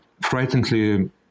frighteningly